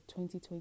2020